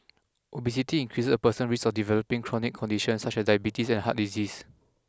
obesity increases a person's risk of developing chronic conditions such as diabetes and heart disease